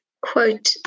quote